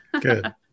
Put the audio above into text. Good